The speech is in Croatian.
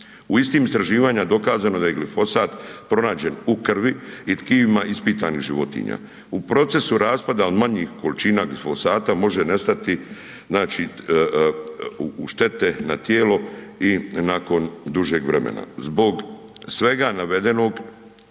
U istim istraživanjima dokazano je da je glifosat pronađen u krvi i tkivima ispitanih životinja. U procesu raspada od manjih količina glifosata može nestati znači u štete na tijelo i nakon dužeg vremena. Zbog svega navedenog